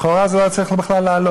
לכאורה זה לא היה צריך בכלל לעלות.